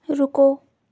रुको